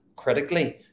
Critically